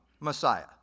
Messiah